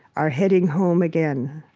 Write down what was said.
are heading home again.